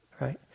right